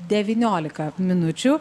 devyniolika minučių